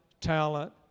talent